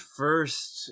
first